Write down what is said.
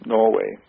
Norway